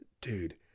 Dude